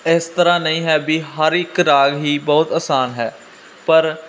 ਇਸ ਤਰ੍ਹਾਂ ਨਹੀਂ ਹੈ ਵੀ ਹਰ ਇੱਕ ਰਾਗ ਹੀ ਬਹੁਤ ਆਸਾਨ ਹੈ ਪਰ